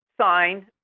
sign